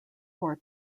four